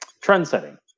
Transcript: trend-setting